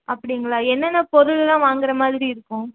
அப்படிங்களா என்னென்ன பொருளெல்லாம் வாங்கிற மாதிரி இருக்கும்